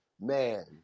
man